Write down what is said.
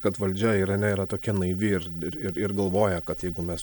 kad valdžia irane yra tokia naivi ir ir ir galvoja kad jeigu mes